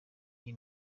iyi